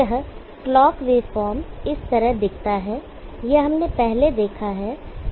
यह clock waveform इस तरह दिखता है यह हमने पहले देखा है